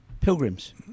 Pilgrims